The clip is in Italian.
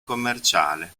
commerciale